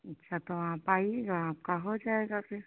अच्छा तो आप आईएगा आपका हो जाएगा फिर